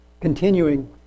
Continuing